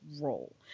role